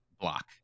block